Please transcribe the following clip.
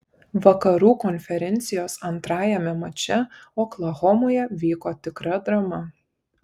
vakarų konferencijos antrajame mače oklahomoje vyko tikra drama